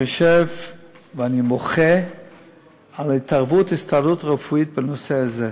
ואני מוחה על התערבות ההסתדרות הרפואית בנושא הזה.